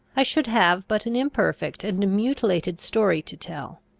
i should have but an imperfect and mutilated story to tell.